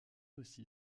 aussi